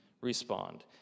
respond